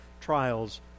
trials